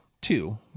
two